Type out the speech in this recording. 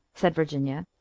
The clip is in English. said virginia,